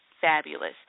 fabulous